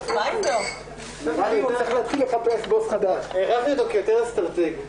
אני חושב שציינו את זה והסברנו את זה גם בדוח,